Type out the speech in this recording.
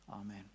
Amen